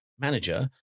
manager